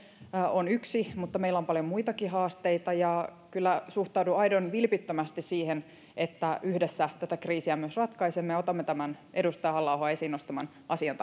on yksi mutta meillä on paljon muitakin haasteita ja kyllä suhtaudun aidon vilpittömästi siihen että yhdessä tätä kriisiä myös ratkaisemme ja otamme tämän edustaja halla ahon esiin nostaman asian